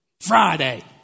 Friday